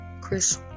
Chris